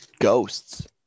ghosts